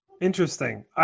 Interesting